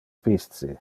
pisce